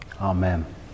Amen